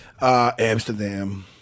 Amsterdam